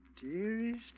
Dearest